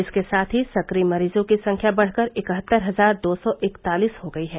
इसके साथ ही सक्रिय मरीजों की संख्या बढ़कर इकहत्तर हजार दो सौ इकतालीस हो गयी है